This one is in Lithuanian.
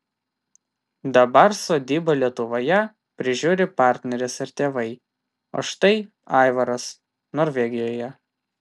dabar sodybą lietuvoje prižiūri partneris ir tėvai o štai aivaras norvegijoje